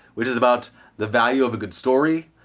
which is about the value of a good story,